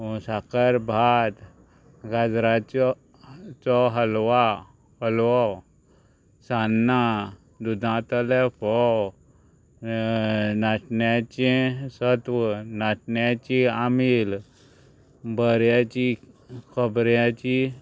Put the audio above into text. साकर भात गाजराचो चो हलवा हलवो सान्नां दुदांतले फोव नाचण्याचें सत्व नाचण्याची आमील बऱ्याची खोबऱ्याची